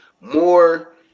more